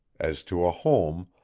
as to a home,